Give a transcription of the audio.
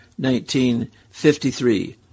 1953